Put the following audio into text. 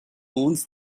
owns